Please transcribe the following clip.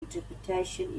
interpretation